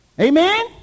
Amen